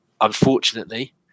unfortunately